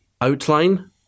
Outline